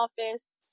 office